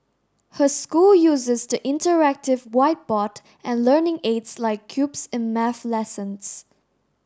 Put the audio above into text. her school uses the interactive whiteboard and learning aids like cubes in maths lessons